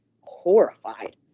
Horrified